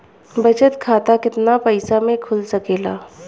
बचत खाता केतना पइसा मे खुल सकेला?